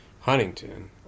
Huntington